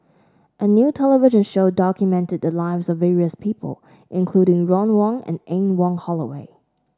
a new television show documented the lives of various people including Ron Wong and Anne Wong Holloway